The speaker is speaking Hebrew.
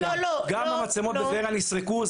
גם המצלמות בטבריה נסרקו,